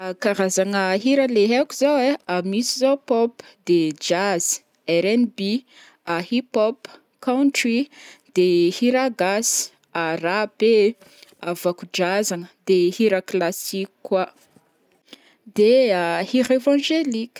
Karazagna hira le haiko zao ai, misy zao pop, de jazz, RNB, hip hop, country, de hira gasy, rap ee, ah vako-drazagna, de hira classique koa, de hira évangélique.